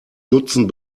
nutzen